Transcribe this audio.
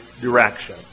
direction